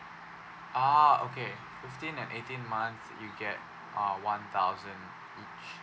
ah okay fifteen and eighteen month you get uh one thousand each